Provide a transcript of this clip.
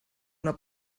una